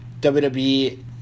WWE